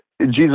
Jesus